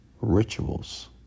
rituals